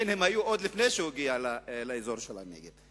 הם היו עוד לפני שהוא הגיע לאזור של הנגב.